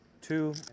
two